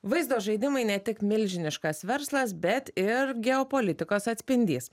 vaizdo žaidimai ne tik milžiniškas verslas bet ir geopolitikos atspindys